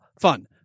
fun